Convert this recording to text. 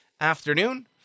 afternoon